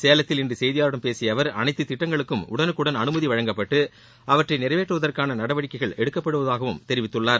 சேலத்தில் இன்று செய்தியாளர்களிடம் பேசிய அவர் அனைத்துத் திட்டங்களுக்கும் உடனுக்குடன் அனுமதி வழங்கப்பட்டு அவற்றை நிறைவேற்றுவதற்கான நடவடிக்கைகளை எடுக்கப்படுவதாகவும் தெரிவித்துள்ளார்